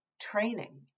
training